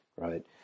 right